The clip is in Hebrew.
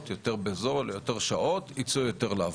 יותר בזול ויותר שעות ייצאו יותר לעבוד.